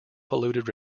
polluted